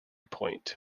point